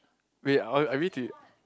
wait or are we ti~